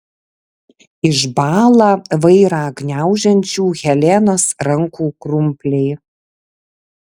išbąla vairą gniaužiančių helenos rankų krumpliai